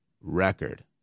record